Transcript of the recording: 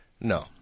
No